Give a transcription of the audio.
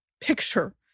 picture